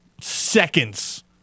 seconds